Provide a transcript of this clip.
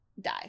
die